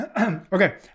okay